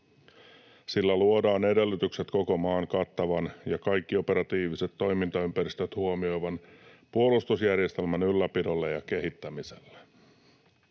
Sillä luodaan edellytykset koko maan kattavan ja kaikki operatiiviset toimintaympäristöt huomioivan puolustusjärjestelmän ylläpidolle ja kehittämiselle,